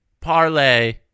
Parlay